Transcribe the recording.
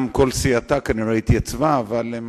גם כל סיעתה התייצבה כנראה, אבל הם